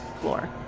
floor